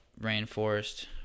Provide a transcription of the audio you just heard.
rainforest